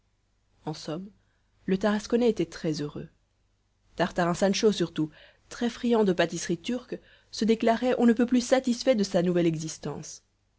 en somme le tarasconnais était très heureux tartarin sancho surtout très friand de pâtisseries turques se déclarait on ne peut plus satisfait de sa nouvelle existence